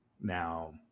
Now